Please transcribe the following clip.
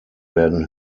werden